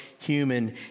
human